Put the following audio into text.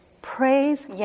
Praise